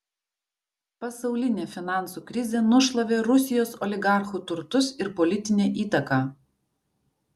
pasaulinė finansų krizė nušlavė rusijos oligarchų turtus ir politinę įtaką